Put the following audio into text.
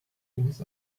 things